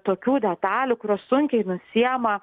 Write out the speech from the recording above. tokių detalių kurios sunkiai nusiima